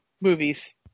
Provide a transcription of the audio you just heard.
movies